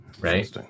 Right